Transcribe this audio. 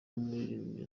w’umuririmbyi